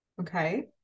okay